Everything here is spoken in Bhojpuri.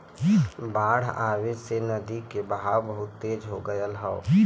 बाढ़ आये से नदी के बहाव बहुते तेज हो गयल हौ